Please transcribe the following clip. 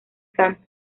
canto